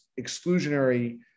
exclusionary